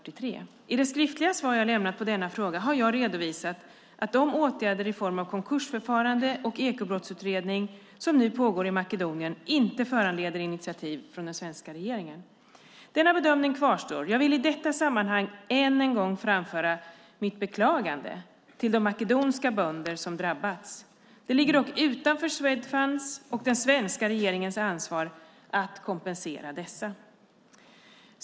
I det skriftliga svar jag lämnat på denna fråga har jag redovisat att de åtgärder i form av konkursförfarande och ekobrottsutredning som nu pågår i Makedonien inte föranleder initiativ från den svenska regeringen. Denna bedömning kvarstår. Jag vill i detta sammanhang än en gång framföra mitt beklagande till de makedoniska bönder som drabbats. Det ligger dock utanför Swedfunds och den svenska regeringens ansvar att kompensera dessa.